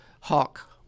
Hawk